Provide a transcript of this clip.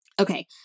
Okay